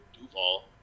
Duval